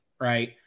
right